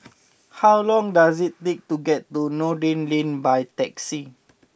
how long does it take to get to Noordin Lane by taxi